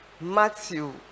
Matthew